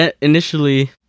Initially